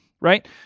right